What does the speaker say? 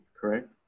correct